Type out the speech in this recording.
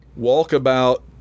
Walkabout